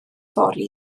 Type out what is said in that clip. fory